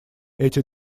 эти